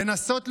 לנסות לפורר.